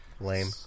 Lame